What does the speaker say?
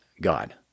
God